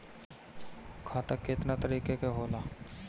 खाता केतना तरीका के होला?